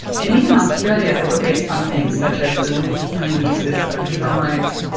and even australia that were based on things such as the wound healing uses of turmeric,